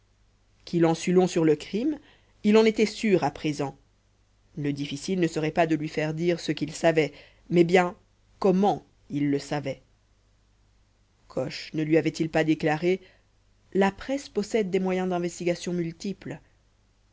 en sût long sur le crime il en était sûr à présent le difficile ne serait pas de lui faire dire ce qu'il savait mais bien comment il le savait coche ne lui avait-il pas déclaré la presse possède des moyens d'investigation multiples